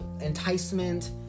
enticement